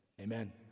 Amen